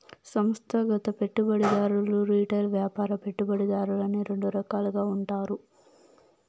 సంస్థాగత పెట్టుబడిదారులు రిటైల్ వ్యాపార పెట్టుబడిదారులని రెండు రకాలుగా ఉంటారు